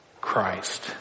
Christ